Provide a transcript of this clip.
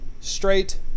straight